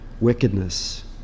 wickedness